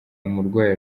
umurwayi